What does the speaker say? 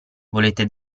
volete